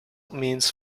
means